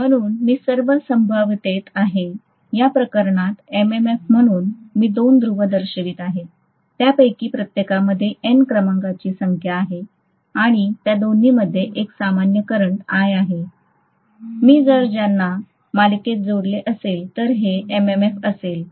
म्हणून मी सर्व संभाव्यतेत आहे या प्रकरणात MMF म्हणून मी दोन ध्रुव दर्शवित आहे त्यापैकी प्रत्येकामध्ये N क्रमांकाची संख्या आहे आणि त्या दोन्हीमध्ये एक सामान्य करंट i आहे मी जर त्यांना मालिकेत जोडले असेल तर हे MMF असेल